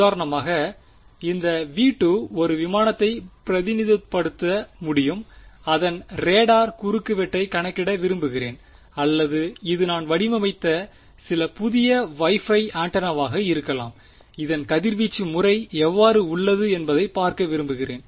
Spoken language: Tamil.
உதாரணமாக இந்த V2ஒரு விமானத்தை பிரதிநிதித்துவப்படுத்த முடியும் அதன் ரேடார் குறுக்குவெட்டைக் கணக்கிட விரும்புகிறேன் அல்லது இது நான் வடிவமைத்த சில புதிய வைஃபை ஆண்டெனாவாக இருக்கலாம் இதன் கதிர்வீச்சு முறை எவ்வாறு உள்ளது என்பதைப் பார்க்க விரும்புகிறேன்